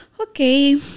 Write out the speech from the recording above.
Okay